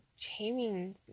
taming